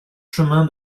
chemin